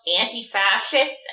anti-fascists